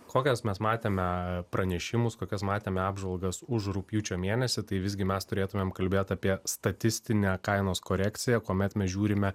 kokias mes matėme pranešimus kokias matėme apžvalgas už rugpjūčio mėnesį tai visgi mes turėtumėm kalbėti apie statistinę kainos korekciją kuomet mes žiūrime